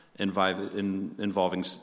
involving